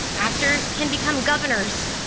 actors can become governors,